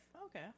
Okay